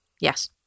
Yes